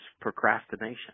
procrastination